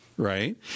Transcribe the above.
right